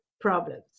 problems